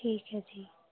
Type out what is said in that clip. ਠੀਕ ਹੈ ਜੀ